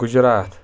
Gujarat